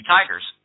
Tigers